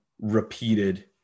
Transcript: repeated